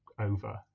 over